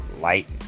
light